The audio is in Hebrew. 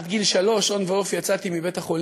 עד גיל שלוש, on ו-off, בית-חולים,